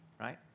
right